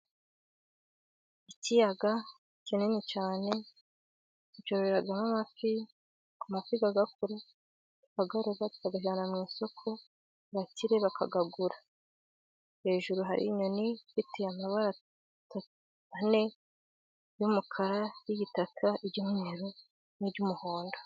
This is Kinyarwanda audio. Ikiyaga kinini cyane cyororerwamo amafi, ,amafi agakura tukayajyana mu isoko abakire bakagura. hejuru hari inyoni ifite amabara ane , iry'umukara ,iry'igitaka, iry'umweru, n'iry'umuhondo.